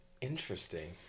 interesting